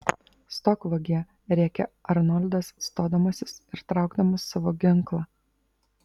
stok vagie rėkė arnoldas stodamasis ir traukdamas savo ginklą